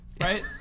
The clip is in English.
Right